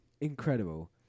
incredible